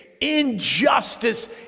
injustice